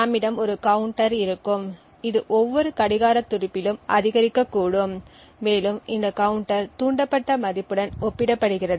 நம்மிடம் ஒரு கவுண்டர் இருக்கும் இது ஒவ்வொரு கடிகார துடிப்பிலும் அதிகரிக்கக்கூடும் மேலும் இந்த கவுண்டர் தூண்டப்பட்ட மதிப்புடன் ஒப்பிடப்படுகிறது